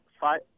five